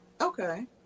Okay